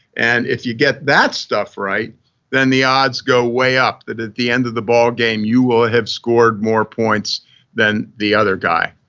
and if you get that stuff right then the odds go way up that at the end of the ballgame you will ah have scored more points than the other guy.